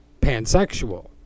pansexual